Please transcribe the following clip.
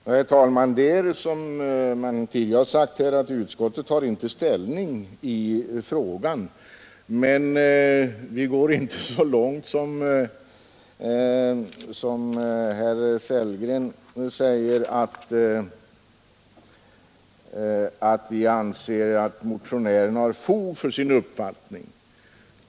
Herr talman! Det är riktigt, som man tidigare har sagt här, att utskottet inte tar ställning i frågan. Men vi går inte så långt som herr Sellgren säger, att vi anser att motionären har fog för sin uppfattning.